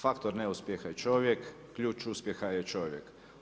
Faktor neuspjeha je čovjek, ključ uspjeha je čovjek.